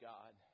God